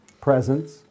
presence